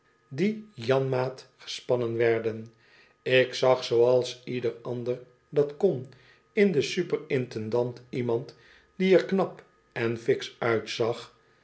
die janmaat gespannen werden ik zag zooals ieder ander dat kon in den super intendant iemand die er knap en fiksch uitzag